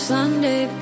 Sunday